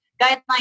guideline